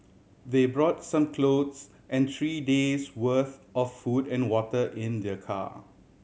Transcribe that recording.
they brought some clothes and three days' worth of food and water in their car